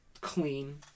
clean